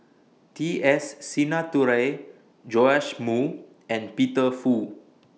T S Sinnathuray Joash Moo and Peter Fu